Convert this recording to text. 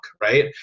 Right